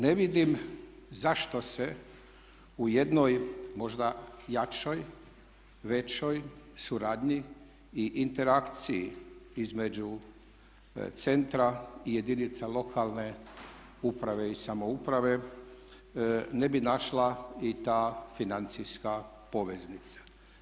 Ne vidim zašto se u jednoj možda jačoj, većoj suradnji i interakciji između centra i jedinica lokalne uprave i samouprave ne bi našla i ta financijska poveznica.